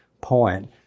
point